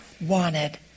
wanted